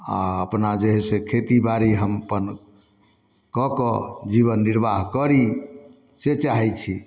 आओर अपना जे हइ से खेतीबाड़ी हम अपन कऽ कऽ जीवन निर्वाह करी से चाहै छी